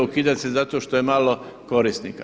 Ukida se zato što je malo korisnika.